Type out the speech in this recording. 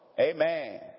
Amen